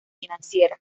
financiera